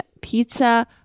Pizza